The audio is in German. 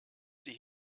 sie